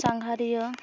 ᱥᱟᱸᱜᱷᱟᱨᱤᱭᱟᱹ